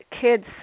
kids